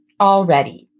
already